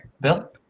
Bill